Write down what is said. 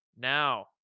Now